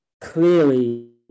clearly